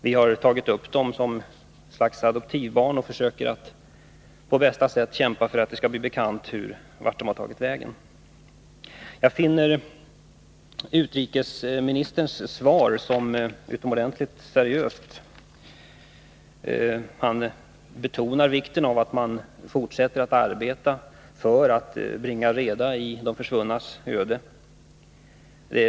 Vi har tagit dem som ”adoptivbarn” och försöker att på bästa sätt guay kämpa för att det skall bli bekant vart de har tagit vägen. Jag finner utrikesministerns svar utomordentligt seriöst. Han betonar vikten av att man fortsätter att arbeta för att bringa reda i de försvunnas öde.